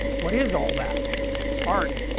what is all that? it's it's art,